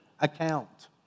account